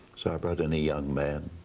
so i brought in a young man,